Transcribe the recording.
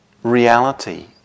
Reality